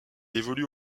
évolue